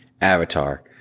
Avatar